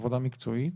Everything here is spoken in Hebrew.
עבודה מקצועית.